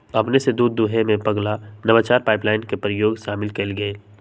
अपने स दूध दूहेमें पगला नवाचार पाइपलाइन के प्रयोग शामिल कएल गेल